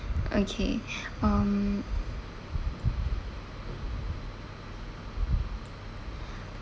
okay um